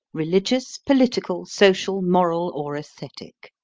religious, political, social, moral, or aesthetic.